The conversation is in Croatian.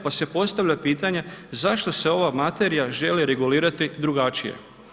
Pa se postavlja pitanje zašto se ova materija želi regulirati drugačije.